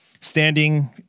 standing